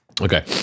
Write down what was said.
okay